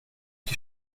die